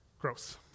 gross